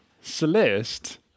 Celeste